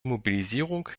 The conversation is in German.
mobilisierung